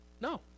No